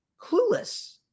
clueless